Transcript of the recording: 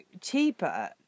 cheaper